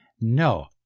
No